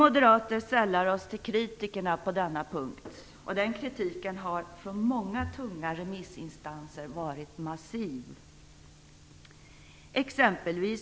Vi moderater sällar oss till kritikerna på denna punkt. Och den kritiken har från många tunga remissinstanser varit massiv.